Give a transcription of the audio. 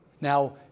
Now